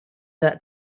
that